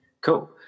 cool